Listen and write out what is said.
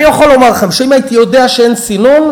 אני יכול לומר לכם שאם הייתי יודע שאין סינון,